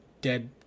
...dead